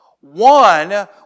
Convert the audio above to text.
One